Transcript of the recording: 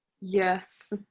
Yes